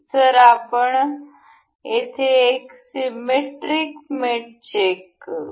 तर आपण येथे फक्त सीमेट्रिक मेट चेक करू